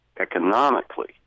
economically